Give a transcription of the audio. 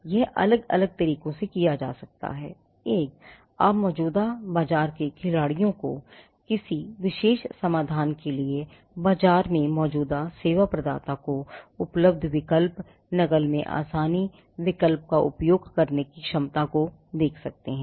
यह अलग अलग तरीकों से किया जा सकता है एक आप मौजूदा बाजार के खिलाड़ियों कोकिसी विशेष समाधान के लिए बाजार में मौजूदा सेवा प्रदाता को उपलब्ध विकल्प नकल में आसानी विकल्प का उपयोग करने की क्षमता को देख सकते हैं